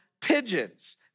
pigeons